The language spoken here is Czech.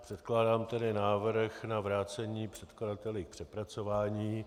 Předkládám tedy návrh na vrácení předkladateli k přepracování.